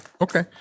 okay